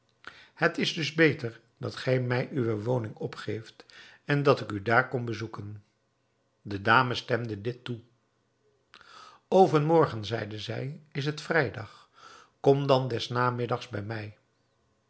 het is dus beter dat gij mij uwe woning opgeeft en dat ik u daar kom bezoeken de dame stemde dit toe overmorgen zeide zij is het vrijdag kom dan des namiddags bij mij